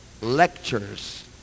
Lectures